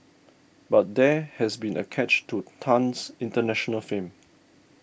but there has been a catch to Tan's international fame